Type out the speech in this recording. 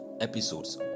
episodes